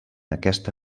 aquesta